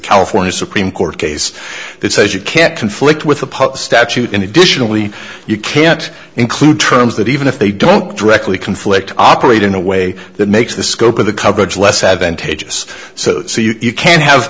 california supreme court case that says you can't conflict with the public statute and additionally you can't include terms that even if they don't directly conflict operate in a way that makes the scope of the coverage less advantageous so so you can have